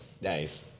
Nice